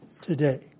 today